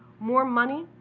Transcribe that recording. more money,